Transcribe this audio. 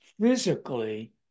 physically